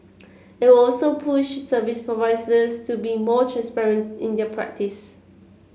it will also push service providers to be more transparent in their practices